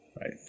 Right